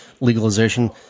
legalization